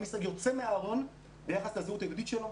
עם ישראל יוצא מן הארון ביחס לזהות היהודית שלו,